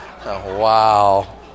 wow